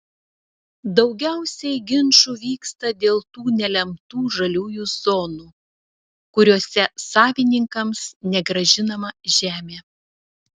daugiausiai ginčų vyksta dėl tų nelemtų žaliųjų zonų kuriose savininkams negrąžinama žemė